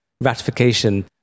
ratification